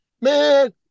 man